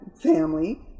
family